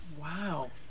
wow